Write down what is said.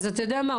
אז אתה יודע מה,